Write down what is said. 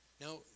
Now